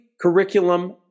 curriculum